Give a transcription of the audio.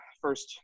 first